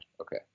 Okay